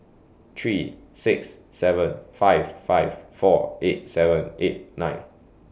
three six seven five five four eight seven eight nine